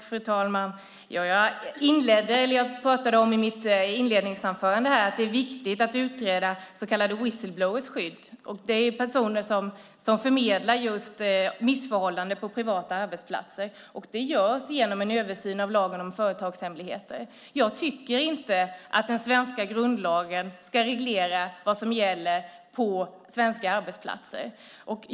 Fru talman! Jag pratade i mitt inledningsanförande om att det är viktigt att utreda så kallade whistle-blowers skydd, och det är personer som just förmedlar information om missförhållanden på privata arbetsplatser. Det görs genom en översyn av lagen om företagshemligheter. Jag tycker inte att den svenska grundlagen ska reglera vad som gäller på svenska arbetsplatser.